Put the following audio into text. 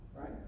right